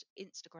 Instagram